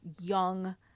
young